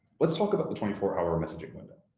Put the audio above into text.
let's talk about the twenty four hour messaging window.